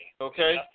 Okay